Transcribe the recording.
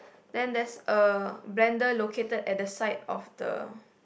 then there's a blender located at the side of the